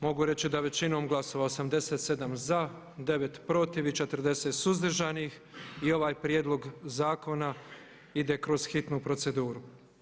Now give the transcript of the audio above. Mogu reći da većinom glasova 87 za, 9 protiv i 40 suzdržanih i ovaj prijedlog zakona ide kroz hitnu proceduru.